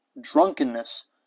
drunkenness